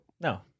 No